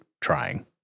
trying